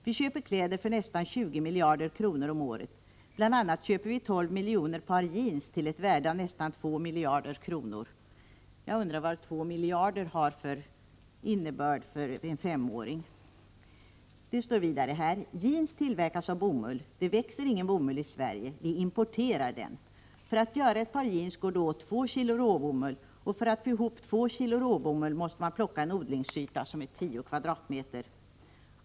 Vi köper kläder för nästan 20 miljarder kronor om året. Bl.a. köper vi 12 miljoner par jeans till ett värde av nästan 2 miljarder kronor. Jag undrar vad 2 miljarder har för innebörd för en femåring. Det står vidare följande: Jeans tillverkas av bomull. Det växer ingen bomull i Sverige. Viimporterar den. För att göra ett par jeans går det åt två kilogram råbomull, och för att få ihop två kilogram råbomull måste man plocka en odlingsyta som är tio kvadratmeter.